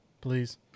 please